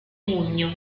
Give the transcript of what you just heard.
pugno